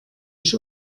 ich